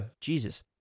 Jesus